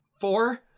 Four